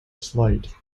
slight